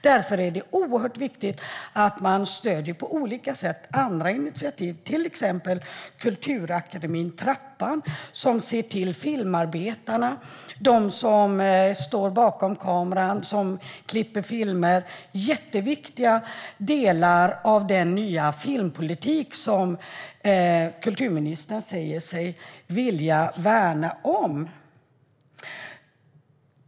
Därför är det oerhört viktigt att man på olika sätt stöder andra initiativ, till exempel Kulturakademin Trappan, som ser till filmarbetarna, de som står bakom kameran, de som klipper filmer. Det är jätteviktiga delar av den nya filmpolitik som kulturministern säger sig vilja värna om.